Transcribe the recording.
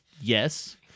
Yes